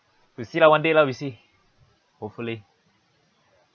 we'll see lah one day lah we see hopefully